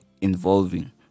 involving